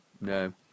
no